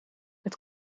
het